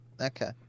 Okay